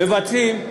מבצעים,